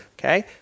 okay